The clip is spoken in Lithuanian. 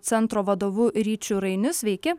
centro vadovu ryčiu rainiu sveiki